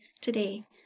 today